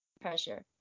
pressure